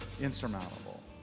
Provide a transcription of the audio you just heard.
insurmountable